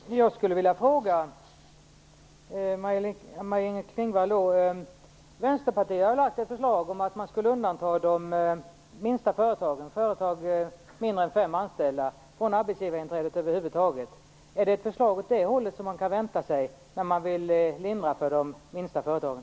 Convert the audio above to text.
Fru talman! Jag skulle vilja ställa min fråga till Vänsterpartiet har lagt fram ett förslag om att man skulle undanta de minsta företagen, företag med mindre än fem anställda, från arbetsgivarinträdet över huvud taget. Är det ett förslag åt det hållet som man kan vänta sig när regeringen vill lindra för de minsta företagen?